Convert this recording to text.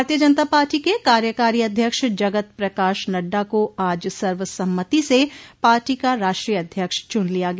भारतीय जनता पार्टी के कार्यकारी अध्यक्ष जगत प्रकाश नड्डा को आज सर्वसम्मति से पार्टी का राष्ट्रीय अध्यक्ष चुन लिया गया